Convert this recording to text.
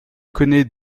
connait